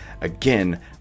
again